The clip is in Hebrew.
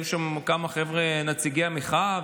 היו שם כמה חבר'ה נציגי המחאה,